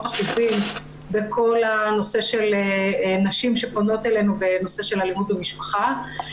אחוזים בכל הנושא של נשים שפונות אלינו בנושא של אלימות במשפחה.